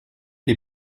des